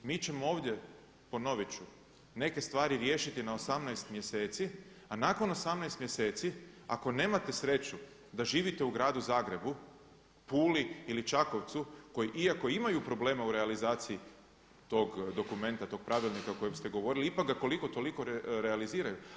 Mi ćemo ovdje ponovit ću neke stvari riješiti na 18 mjeseci, a nakon 18 mjeseci ako nemate sreću da živite u gradu Zagrebu, Puli ili Čakovcu koji iako imaju problema u realizaciji tog dokumenta, tog pravilnika o kojem ste govorili ipak ga koliko toliko realiziraju.